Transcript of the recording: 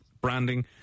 Branding